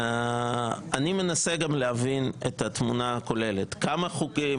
אני מנסה להבין את התמונה הכוללת כמה חוקים